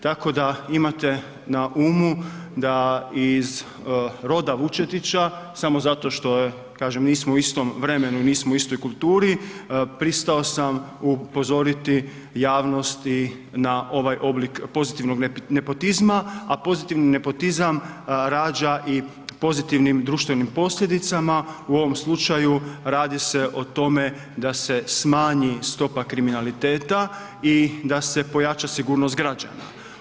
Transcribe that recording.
Tako da imate na umu da iz roda Vučetića samo zato što je kažem nismo u istom vremenu, nismo u istoj kulturi pristao sam upozoriti javnosti na ovaj oblik pozitivnog nepotizma, a pozitivni nepotizam rađa i pozitivnim društveni posljedicama u ovom slučaju radi se o tome da se smanji stopa kriminaliteta i da se pojača sigurnost građana.